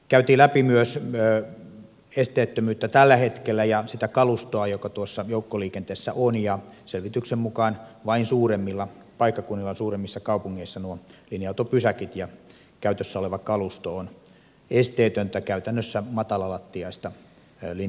käytiin läpi myös esteettömyyttä tällä hetkellä ja sitä kalustoa joka tuossa joukkoliikenteessä on ja selvityksen mukaan vain suuremmilla paikkakunnilla suuremmissa kaupungeissa nuo linja autopysäkit ja käytössä oleva kalusto on esteetöntä käytännössä matalalattiaista linja autokalustoa